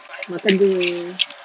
makan jer